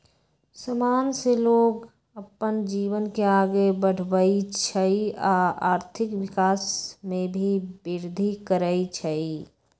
समान से लोग अप्पन जीवन के आगे बढ़वई छई आ आर्थिक विकास में भी विर्धि करई छई